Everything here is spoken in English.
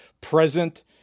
present